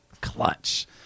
clutch